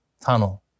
tunnel